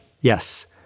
Yes